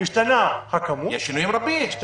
השתנתה הכמות --- יש שינויים רבים: הכמות,